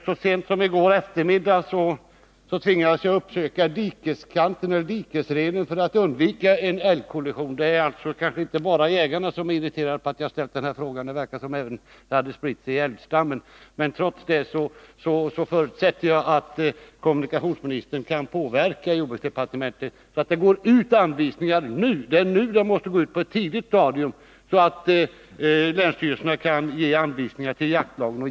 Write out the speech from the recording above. Så sent som i går eftermiddag tvingades jag uppsöka dikesrenen för att undvika en älgkollision. Det verkar som om det inte bara är jägarna som är irriterade över att jag ställt den här frågan, utan också som om ryktet spritt sig till älgstammen. Trots det förutsätter jag att kommunikationsministern kan påverka jordbruksdepartementet, så att det går ut anvisningar nu. Det ärnu, Nr 113 på ett tidigt stadium, som åtgärder måste vidtas, så att länsstyrelserna kan ge Tisdagen den anvisningar till jaktlagen.